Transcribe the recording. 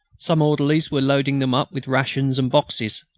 some orderlies were loading them up with rations and boxes.